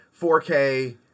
4K